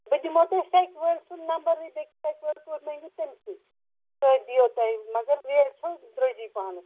بہٕ دِمہو تۄہہِ سیٚکہِ وٲلۍ سُنٛد نمبرٕے سیٚکہِ وٲلۍ کوٚر مےٚ یہِ تٔمسٕے سُے دِیو تۄہہِ مگر ریٹ چھو درٛوٚجٕے پہَنس